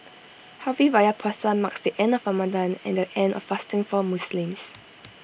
Hari Raya Puasa marks the end of Ramadan and the end of fasting for Muslims